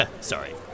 Sorry